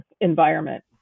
environment